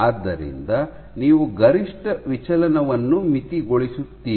ಆದ್ದರಿಂದ ನೀವು ಗರಿಷ್ಠ ವಿಚಲನವನ್ನು ಮಿತಿಗೊಳಿಸುತ್ತೀರಿ